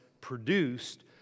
produced